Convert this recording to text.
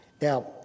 Now